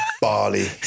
Barley